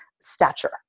stature